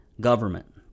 government